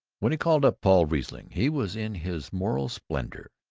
when he called up paul riesling he was, in his moral splendor,